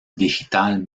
digital